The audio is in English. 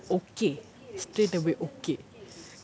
okay straight away okay